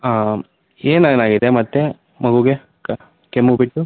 ಹಾಂ ಏನೇನ್ ಆಗಿದೆ ಮತ್ತೆ ಮಗುಗೆ ಕೆಮ್ಮು ಬಿಟ್ಟು